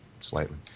slightly